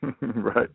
Right